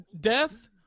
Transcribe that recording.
death